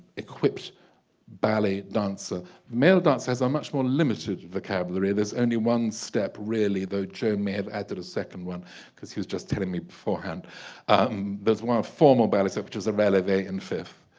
equipped ballet dancer male dancers are much more limited vocabulary there's only one step really though joe may have added a second one because he was just telling me beforehand um there's one formal ballet step which is a releve and fifth